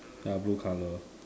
ya blue color